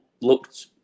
looked